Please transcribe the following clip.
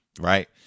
right